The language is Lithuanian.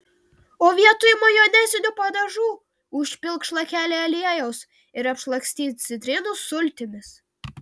o vietoj majonezinių padažų užpilk šlakelį aliejaus ir apšlakstyk citrinų sultimis